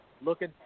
looking